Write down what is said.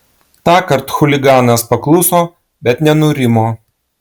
tąkart chuliganas pakluso bet nenurimo